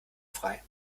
frei